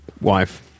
wife